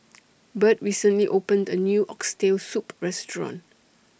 Birt recently opened A New Oxtail Soup Restaurant